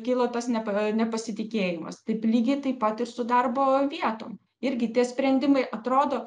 kilo tas nepa nepasitikėjimas taip lygiai taip pat ir su darbo vietom irgi tie sprendimai atrodo